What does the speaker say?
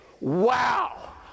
wow